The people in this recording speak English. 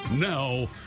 Now